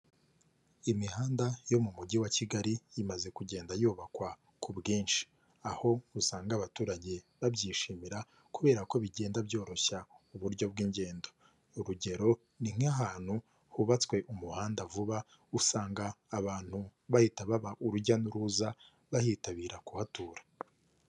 Imihanda yo mu mujyi wa Kigali imaze kugenda yubakwa ku bwinshi, aho usanga abaturage babyishimira kuberako bigenda byoroshya uburyo bw'ingendo. Urugero, ni nk'ahantu hubatswe umuhanda vuba usanga abantu bahita baba urujya n'uruza bahitabira kuhatura.